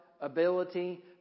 ability